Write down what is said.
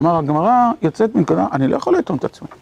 כלומר, הגמרא יוצאת מנקודה... אני לא יכול לאטום את עצמי.